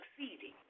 succeeding